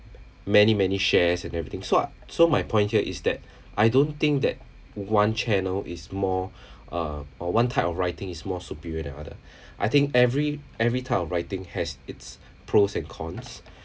many many shares and everything so so my point here is that I don't think that one channel is more uh or one type of writing is more superior than other I think every every type of writing has its pros and cons